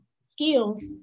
skills